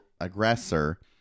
aggressor